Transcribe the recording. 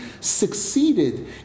succeeded